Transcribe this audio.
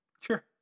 Sure